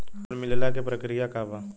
Loan मिलेला के प्रक्रिया का बा?